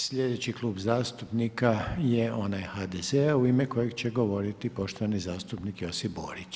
Sljedeći Klub zastupnika je onaj HDZ-a u ime kojeg će govoriti poštovani zastupnik Josip Borić.